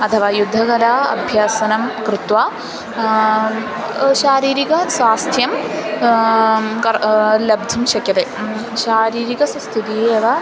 अथवा युद्धकला अभ्यासं कृत्वा शारीरिकस्वास्थ्यं कर्तुं लब्धुं शक्यते शारीरिकस्थितिः एव